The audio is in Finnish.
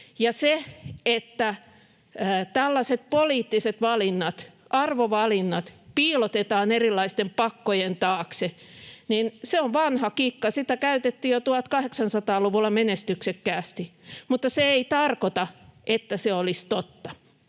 se, että tällaiset poliittiset valinnat, arvovalinnat piilotetaan erilaisten pakkojen taakse, on vanha kikka, sitä käytettiin jo 1800-luvulla menestyksekkäästi, mutta se ei tarkoita, että se olisi totta.